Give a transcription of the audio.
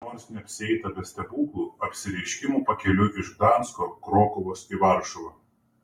nors neapsieita be stebuklų apsireiškimų pakeliui iš gdansko krokuvos į varšuvą